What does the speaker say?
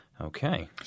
Okay